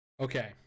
Okay